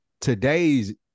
today's